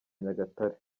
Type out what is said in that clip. nyagatare